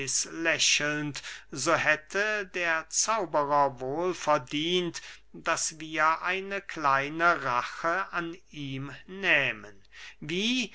lächelnd so hätte der zauberer wohl verdient daß wir eine kleine rache an ihm nähmen wie